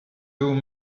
doing